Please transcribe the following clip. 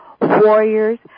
warriors